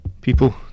people